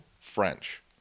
French